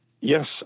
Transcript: Yes